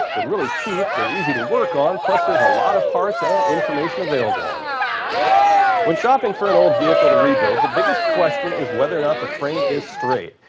really cheap, they're easy to work on plus there is a lot of parts and information available on them when shopping for an old vehicle to rebuild the biggest question is whether or not the frame is straight,